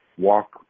Walk